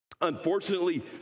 Unfortunately